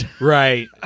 right